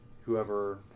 whoever